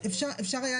זה נשאר שם